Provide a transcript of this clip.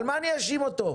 על מה אני אאשים אותו?